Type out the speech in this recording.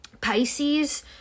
Pisces